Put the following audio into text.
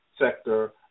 sector